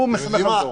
אתם יודעים מה?